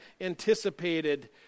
anticipated